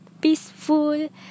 peaceful